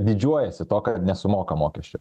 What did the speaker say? didžiuojasi tuo kad nesumoka mokesčių